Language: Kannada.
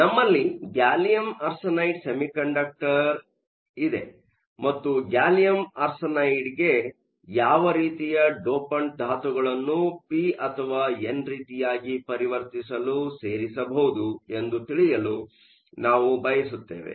ಆದ್ದರಿಂದ ನಮ್ಮಲ್ಲಿ ಗ್ಯಾಲಿಯಮ್ ಆರ್ಸೆನೈಡ್ ಸೆಮಿಕಂಡಕ್ಟರ್ ಇದೆ ಮತ್ತು ಗ್ಯಾಲಿಯಮ್ ಆರ್ಸೆನೈಡ್ಗೆ ಯಾವ ರೀತಿಯ ಡೋಪಂಟ್ ಧಾತುಗಳನ್ನು ಪಿ ಅಥವಾ ಎನ್ ರೀತಿಯಾಗಿ ಪರಿವರ್ತಿಸಲು ಸೇರಿಸಬಹುದು ಎಂದು ತಿಳಿಯಲು ನಾವು ಬಯಸುತ್ತೇವೆ